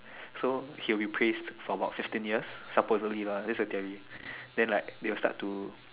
so he will be praised for about fifteen years supposedly lah that's the theory then they will start to